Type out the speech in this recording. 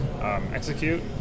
execute